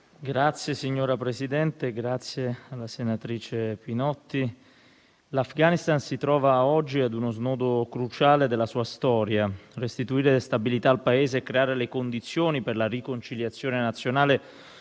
Signora Presidente, ringrazio la senatrice Pinotti. L'Afghanistan si trova oggi a uno snodo cruciale della sua storia. Restituire stabilità al Paese e creare le condizioni per la riconciliazione nazionale